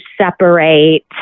separate